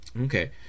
Okay